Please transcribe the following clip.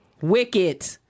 Wicked